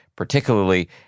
Particularly